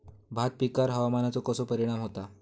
भात पिकांर हवामानाचो कसो परिणाम होता?